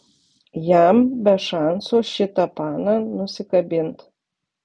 jam be šansų šitą paną nusikabint